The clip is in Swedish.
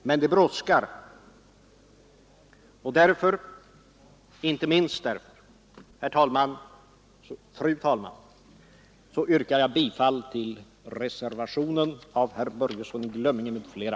Men det brådskar, och inte minst därför, fru talman, yrkar jag bifall till reservationen av herr Börjesson i Glömminge m.fl.